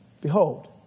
Behold